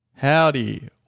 Howdy